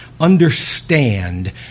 understand